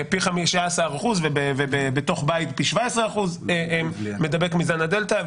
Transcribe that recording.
פי 15% חוץ ובתוך בית פי 17% מדבק מזן הדלתא.